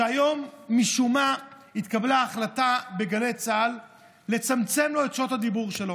שהיום משום מה התקבלה החלטה בגלי צה"ל לצמצם את שעות הדיבור שלו.